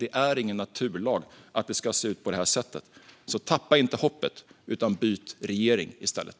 Det är ingen naturlag att det ska se ut på det här sättet. Tappa inte hoppet - byt regering i stället!